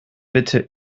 bitte